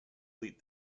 fleet